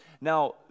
Now